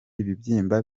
ibibyimba